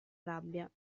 rabbia